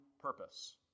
purpose